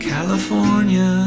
California